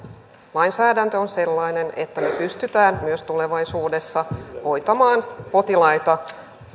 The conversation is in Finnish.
lainsäädäntö on sellainen että me pystymme myös tulevaisuudessa hoitamaan potilaita